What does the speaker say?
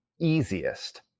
easiest